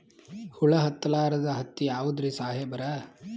ಹುಳ ಹತ್ತಲಾರ್ದ ಹತ್ತಿ ಯಾವುದ್ರಿ ಸಾಹೇಬರ?